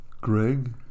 Greg